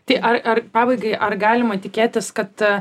tai ar ar pabaigai ar galima tikėtis kad